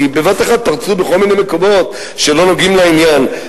כי הן בבת-אחת פרצו בכל מיני מקומות שלא נוגעים לעניין.